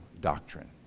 doctrine